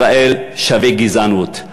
ישראל שווה גזענות.